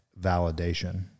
validation